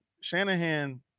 Shanahan